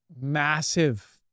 Massive